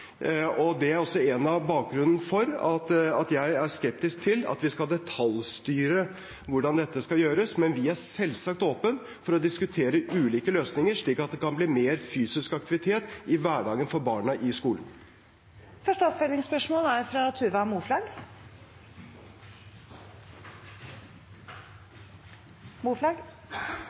og det er en av grunnene til at jeg er skeptisk til å detaljstyre hvordan dette skal gjøres. Men vi er selvsagt åpne for å diskutere ulike løsninger, slik at det kan bli mer fysisk aktivitet i hverdagen for barna i skolen. Det åpnes for oppfølgingsspørsmål – først Tuva Moflag.